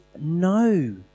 No